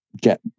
get